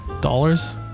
dollars